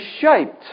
shaped